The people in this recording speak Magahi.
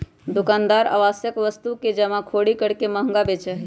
दुकानदार आवश्यक वस्तु के जमाखोरी करके महंगा बेचा हई